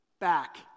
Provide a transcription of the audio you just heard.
back